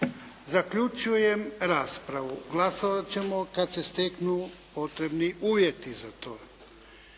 Zaključujem raspravu. Glasovat ćemo kad se steknu potrebni uvjeti za to.